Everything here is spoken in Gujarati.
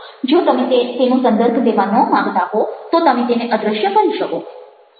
જો તમે તેનો સંદર્ભ લેવા ન માગતા હો તો તમે તેને અદ્રશ્ય કરી શકો